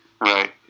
Right